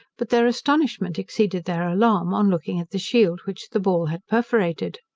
but their astonishment exceeded their alarm, on looking at the shield which the ball had perforated.